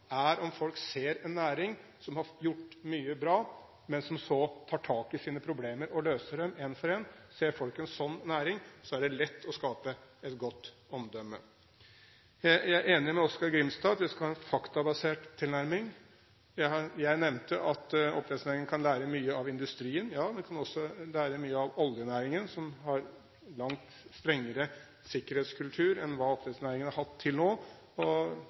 er om folk ser en næring som har gjort mye bra, men som så tar tak i sine problemer og løser dem ett etter ett. Ser folk en slik næring, er det lett å skape et godt omdømme. Jeg er enig med Oskar J. Grimstad i at vi skal ha en faktabasert tilnærming. Jeg nevnte at oppdrettsnæringen kan lære mye av industrien – ja, men vi kan også lære mye av oljenæringen, som har en langt strengere sikkerhetskultur enn den man har hatt i oppdrettsnæringen til nå.